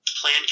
plan